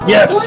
Yes